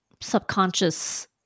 subconscious